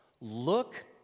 Look